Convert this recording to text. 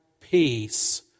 peace